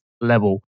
level